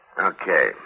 Okay